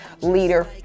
leader